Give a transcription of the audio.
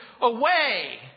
away